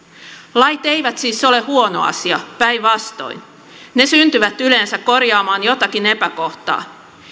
lait eivät siis ole huono asia päinvastoin ne syntyvät yleensä korjaamaan jotakin epäkohtaa